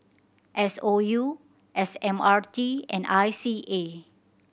S O U S M R T and I C A